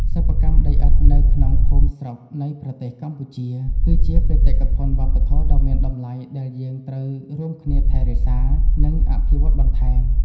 សិប្បកម្មដីឥដ្ឋនៅក្នុងភូមិស្រុកនៃប្រទេសកម្ពុជា គឺជាបេតិកភណ្ឌវប្បធម៌ដ៏មានតម្លៃដែលយើងត្រូវរួមគ្នាថែរក្សា និង អភិវឌ្ឍបន្ថែម។